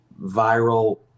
viral